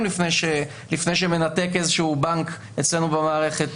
לפני שהוא מנתק איזשהו בנק אצלנו במערכת